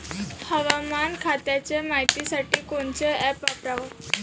हवामान खात्याच्या मायतीसाठी कोनचं ॲप वापराव?